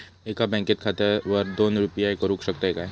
एका बँक खात्यावर दोन यू.पी.आय करुक शकतय काय?